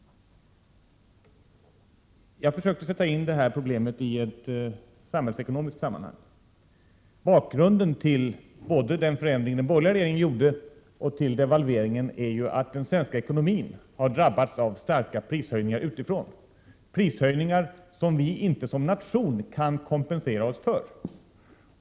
Jag försökte sätta in det hela i ett samhällsekonomiskt sammanhang. Bakgrunden till både den förändring som den borgerliga regeringen gjorde och till devalveringen är ju att den svenska ekonomin har drabbats av starka prishöjningar utifrån, prishöjningar som vi inte som nation kan kompensera oss för.